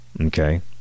Okay